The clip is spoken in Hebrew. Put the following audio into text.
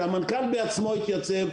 שהמנכ"ל בעצמו יתייצב,